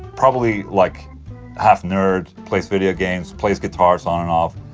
probably like half nerd, plays video games, plays guitar so on and off